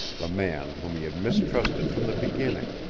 the man whom he had mistrusted from the beginning,